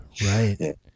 right